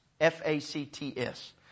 F-A-C-T-S